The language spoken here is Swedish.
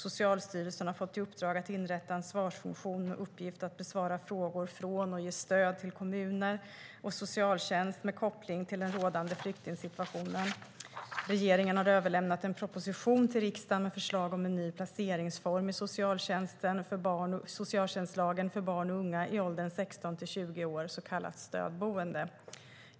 Socialstyrelsen har fått i uppdrag att inrätta en svarsfunktion med uppgift att besvara frågor från och ge stöd till kommuner och socialtjänst med koppling till den rådande flyktingsituationen. Regeringen har överlämnat en proposition till riksdagen med förslag om en ny placeringsform i socialtjänstlagen för barn och unga i åldern 16-20 år, så kallat stödboende.